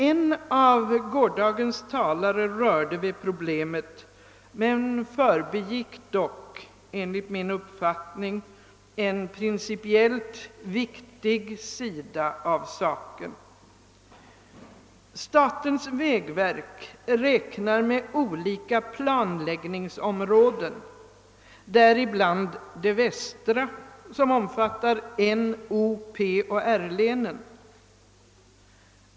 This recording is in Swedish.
En av gårdagens talare berörde problemet men förbigick enligt min mening en principiellt viktig sida av saken. Statens vägverk räknar med olika planläggningsområden, däribland det västra som omfattar N-, O-, P och R länen.